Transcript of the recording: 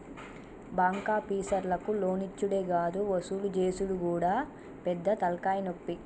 బాంకాపీసర్లకు లోన్లిచ్చుడే గాదు వసూలు జేసుడు గూడా పెద్ద తల్కాయనొప్పి